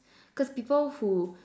cause people who